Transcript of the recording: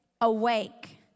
awake